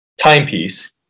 timepiece